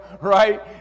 right